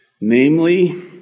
Namely